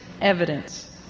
evidence